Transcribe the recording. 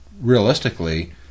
realistically